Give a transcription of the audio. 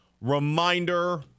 Reminder